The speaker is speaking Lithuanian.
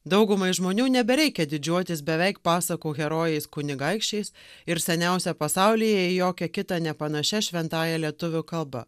daugumai žmonių nebereikia didžiuotis beveik pasakų herojais kunigaikščiais ir seniausia pasaulyje į jokią kitą nepanašia šventąja lietuvių kalba